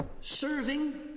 Serving